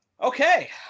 Okay